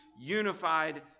unified